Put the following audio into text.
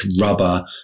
rubber